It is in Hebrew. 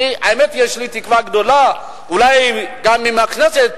האמת היא, יש לי תקווה גדולה, אולי גם מהכנסת